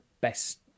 best